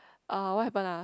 uh what happen ah